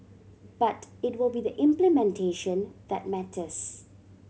but it will be the implementation that matters